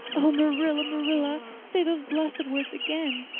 oh, marilla, marilla, say those blessed words again.